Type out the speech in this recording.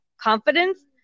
confidence